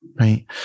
Right